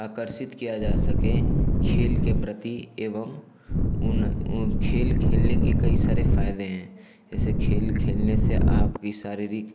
आकर्षित किया जा सके खेल के प्रति एवं उन उन खेल खेलने के कई सारे फ़ायदे हैं जैसे खेल खेलने से आपकी शारीरिक